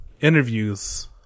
interviews